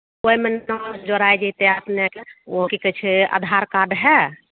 ओहिमे नाम जोराइ जैतै अपने के ओ की कहै छै अधार कार्ड हइ